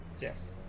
Yes